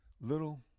Little